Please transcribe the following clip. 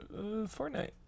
Fortnite